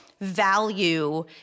value